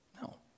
No